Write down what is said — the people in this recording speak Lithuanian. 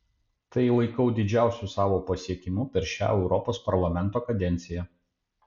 tai laikau didžiausiu savo pasiekimu per šią europos parlamento kadenciją